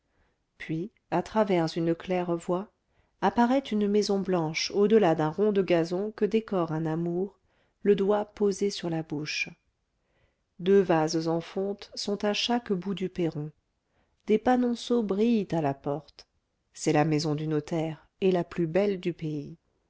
puis à travers une claire-voie apparaît une maison blanche au delà d'un rond de gazon que décore un amour le doigt posé sur la bouche deux vases en fonte sont à chaque bout du perron des panonceaux brillent à la porte c'est la maison du notaire et la plus belle du pays